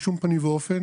בשום פנים ואופן,